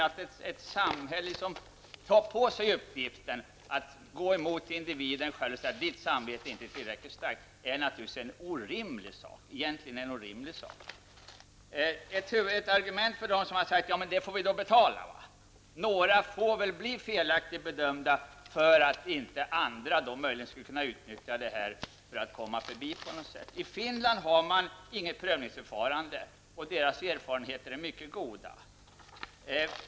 Att samhället tar på sig att gå emot individen och säga att hans eller hennes samvete inte är tillräckligt starkt är egentligen orimligt. Ett huvudargument för dem som vill ha det så här är: Det får vi då betala för. Några får bli felaktigt bedömda för att inte andra, som möjligen skulle kunna utnyttja systemet, på något sätt kan komma förbi. I Finland har man inget prövningsanförande. Erfarenheterna där är mycket goda.